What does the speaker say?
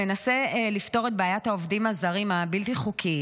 מנסה לפתור את בעיית העובדים הזרים הבלתי-חוקיים,